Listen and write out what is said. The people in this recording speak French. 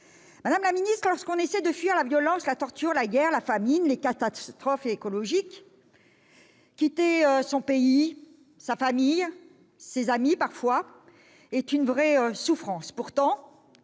Madame la ministre, lorsque l'on essaie de fuir la violence, la torture, la guerre, la famine, les catastrophes écologiques, quitter son pays, ses amis, et sa famille parfois, représente une vraie souffrance.